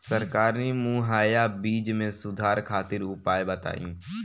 सरकारी मुहैया बीज में सुधार खातिर उपाय बताई?